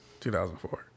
2004